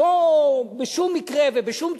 בשום מקרה ובשום צורה,